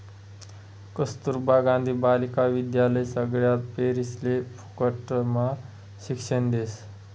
कस्तूरबा गांधी बालिका विद्यालय सगळ्या पोरिसले फुकटम्हा शिक्षण देस